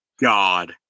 God